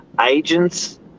agents